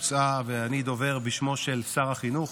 הוצעה ואני דובר בשמו של שר החינוך,